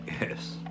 Yes